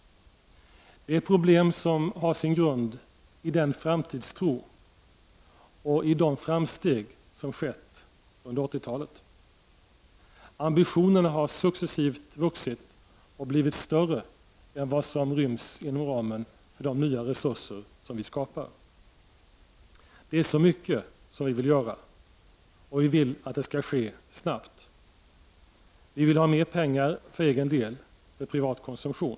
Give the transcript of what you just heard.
Det är problem som har sin grund i framtidstron och de framsteg som skett under 80-talet. Ambitionerna har successivt vuxit och blivit större än vad som ryms inom ramen för de nya resurser som vi skapar. Det är så mycket vi vill göra. Och vi vill att det skall ske snabbt. Vi vill ha mer pengar för egen del, för privat konsumtion.